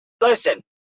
listen